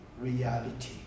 reality